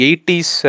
80s